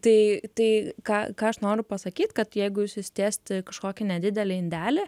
tai tai ką ką aš noriu pasakyt kad jeigu jūs įsidėsit į kažkokį nedidelį indelį